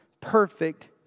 perfect